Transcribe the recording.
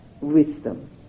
wisdom